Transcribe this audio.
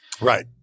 Right